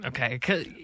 Okay